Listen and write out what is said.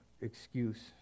excuse